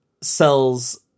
sells